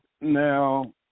Now